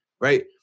right